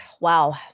Wow